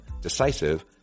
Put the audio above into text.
decisive